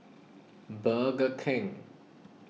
Burger King